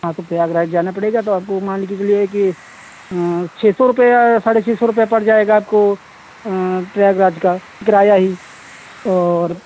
हाँ तो प्रयागराज जाना पड़ेगा हाँ तो मानकर चलिए कि हाँ छः सौ रुपये साढ़े छः सौ रुपये पड़ जाएगा आपको प्रयागराज का किराया ही और